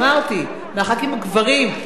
אמרתי, מח"כים גברים.